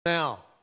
Now